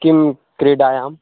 किं क्रीडायां